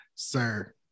sir